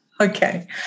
Okay